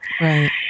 Right